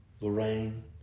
Lorraine